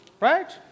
right